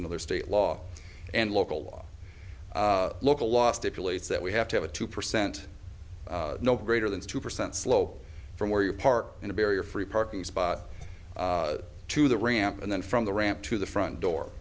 another state law and local law local law stipulates that we have to have a two percent no greater than two percent slope from where you park in a barrier free parking spot to the ramp and then from the ramp to the front door